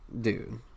Dude